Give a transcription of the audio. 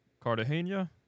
Cartagena